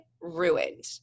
ruined